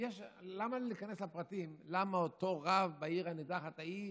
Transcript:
למה להיכנס לפרטים למה אותו רב בעיר הנידחת ההיא